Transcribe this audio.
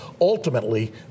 ultimately